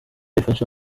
bifasha